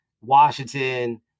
Washington